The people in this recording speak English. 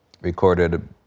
recorded